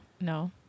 No